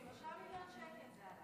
6 מיליון שקל זה עלה.